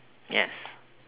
yes